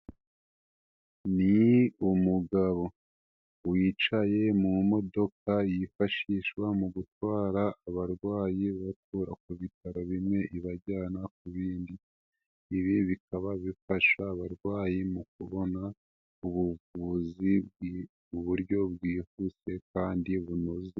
Ni umugabo wicaye mu modoka yifashishwa mu gutwara abarwayi ibakura ku bitaro bimwe ibajyana ku bindi, ibi bikaba bifasha abarwayi mu kubona ubuvuzi mu buryo bwihuse kandi bunoze.